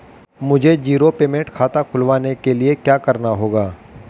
मुझे zero payment खाता खुलवाने के लिए क्या करना होगा?